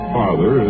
father